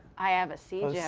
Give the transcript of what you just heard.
i have a siege yeah